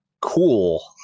cool